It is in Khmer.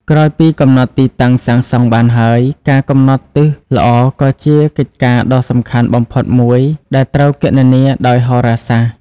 ក្រោយពីកំណត់ទីតាំងសាងសង់បានហើយ ការកំណត់ទិសល្អក៏ជាកិច្ចការដ៏សំខាន់បំផុតមួយដែលត្រូវគណនាដោយហោរាសាស្ត្រ។